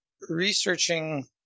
researching